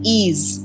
ease